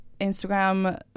Instagram